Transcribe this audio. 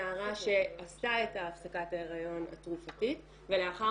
נערה שעשתה את הפסקת ההריון התרופתית ולאחר